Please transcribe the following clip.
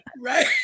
Right